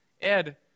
Ed